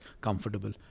comfortable